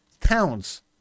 towns